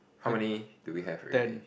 how many do we have already